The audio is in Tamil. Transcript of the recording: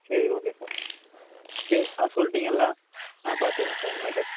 சரி ஓகே சார் சரி ஆ சொல்லிட்டீங்கல்ல நான் பார்த்துக்கிறேன் சார் இனிமேட்டு